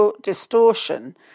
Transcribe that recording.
distortion